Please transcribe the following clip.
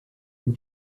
and